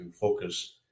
focus